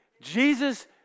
jesus